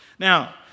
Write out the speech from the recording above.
Now